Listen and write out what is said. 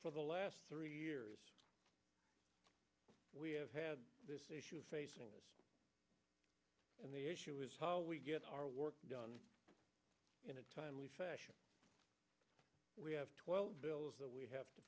for the last three years we have had this issue facing us and the issue is how we get our work done in a timely fashion we have twelve bills that we have to